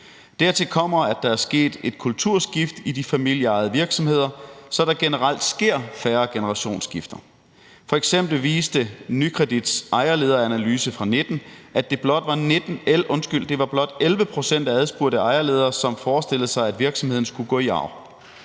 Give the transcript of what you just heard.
Dertil kommer, at der er sket et kulturskift i de familieejede virksomheder, så der generelt sker færre generationsskifter. F.eks. viste Nykredits ejerlederanalyse fra 2019, at det blot var 11 pct. af de adspurgte ejerledere, som forestillede sig, at virksomheden skulle gå i arv.